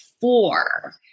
four